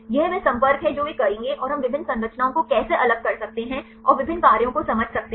यह वह संपर्क है जो वे करेंगे और हम विभिन्न संरचनाओं को कैसे अलग कर सकते हैं और विभिन्न कार्यों को समझ सकते हैं